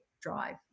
drive